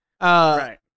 right